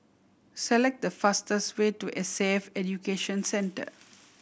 select the fastest way to S A F Education Center